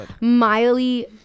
Miley